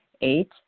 Eight